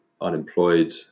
unemployed